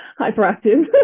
hyperactive